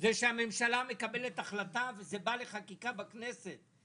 זה שהממשלה מקבלת החלטה וזה בא לחקיקה בכנסת.